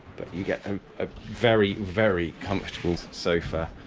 but you get a very, very comfortable sofa